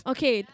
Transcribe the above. Okay